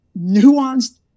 nuanced